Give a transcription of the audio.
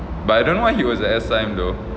but I don't know why he was at S_I_M though